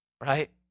Right